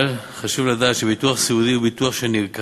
אבל חשוב לדעת שביטוח סיעודי הוא ביטוח שנרכש